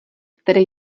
které